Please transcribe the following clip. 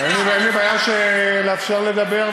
אין לי בעיה לאפשר לדבר,